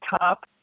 top